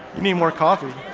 need more coffee,